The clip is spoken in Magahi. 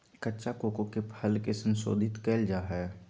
कच्चा कोको के फल के संशोधित कइल जा हइ